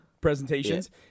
presentations